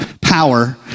power